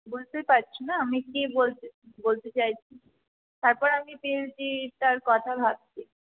বুঝতে পারছো না আমি কি বলতে বলতে চাইছি তারপর আমি পি এইচ ডিটার কথা ভাবছি